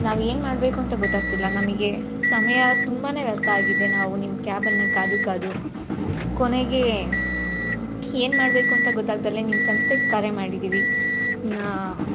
ನಾವು ಏನು ಮಾಡಬೇಕೂಂತ ಗೊತ್ತಾಗ್ತಿಲ್ಲ ನಮಗೆ ಸಮಯ ತುಂಬ ವ್ಯರ್ಥ ಆಗಿದೆ ನಾವು ನಿಮ್ಮ ಕ್ಯಾಬನ್ನು ಕಾದೂ ಕಾದೂ ಕೊನೆಗೆ ಏನ್ ಮಾಡಬೇಕು ಅಂತ ಗೊತ್ತಾಗ್ತಾ ಇಲ್ಲ ಈಗ ನಿಮ್ಮ ಸಂಸ್ಥೆಗೆ ಕರೆ ಮಾಡಿದ್ದೀವಿ